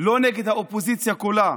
ולא נגד האופוזיציה כולה,